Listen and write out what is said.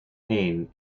ain